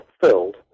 filled